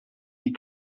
die